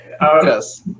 Yes